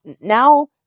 now